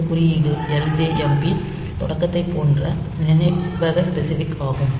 இந்த குறியீடு ljmp தொடக்கத்தைப் போன்ற நினைவக ஸ்பெசிபிக் ஆகும்